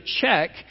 check